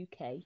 uk